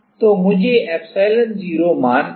तो मुझे epsilon0 मान लिखने दें